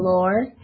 Lord